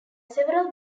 several